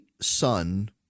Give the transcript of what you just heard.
son